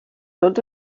tots